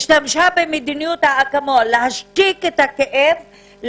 השתמשה במדיניות האקמול להשתיק את הכאב,